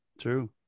true